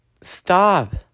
stop